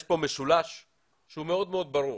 בכלל, יש כאן משולש שהוא מאוד מאוד ברור.